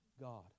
God